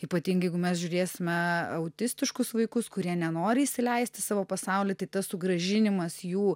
ypatingai jeigu mes žiūrėsime autistiškus vaikus kurie nenori įsileist į savo pasaulį tai tas sugrąžinimas jų